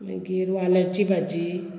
मागीर वालाची भाजी